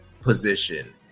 position